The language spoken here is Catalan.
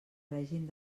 règim